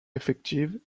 effective